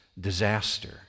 disaster